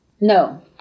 No